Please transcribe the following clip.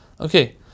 Okay